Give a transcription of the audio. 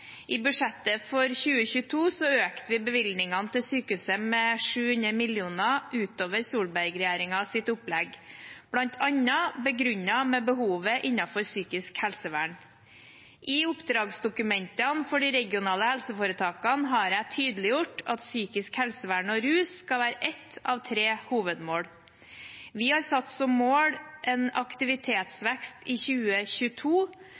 I budsjettet for 2022 økte vi bevilgningene til sykehusene med 700 mill. kr utover Solberg-regjeringens opplegg, bl.a. begrunnet med behovet innenfor psykisk helsevern. I oppdragsdokumentene for de regionale helseforetakene har jeg tydeliggjort at psykisk helsevern og rus skal være ett av tre hovedmål. Vi har satt som mål en aktivitetsvekst i 2022